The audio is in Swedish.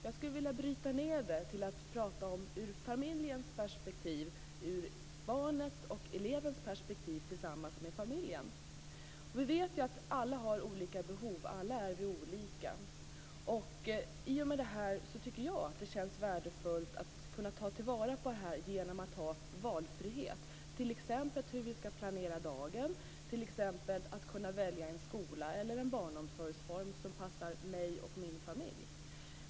Jag skulle vilja bryta ned detta till att prata ur familjens perspektiv, barnets och elevens perspektiv tillsammans med familjen. Vi vet att alla har olika behov, alla är vi olika. Det känns värdefullt att ta till vara på dessa behov med hjälp av valfrihet, t.ex. hur dagen ska planeras, att kunna välja skola eller barnomsorgsform som passar mig och min familj.